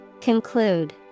Conclude